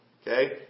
Okay